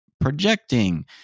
Projecting